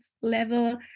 level